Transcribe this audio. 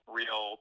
real